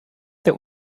der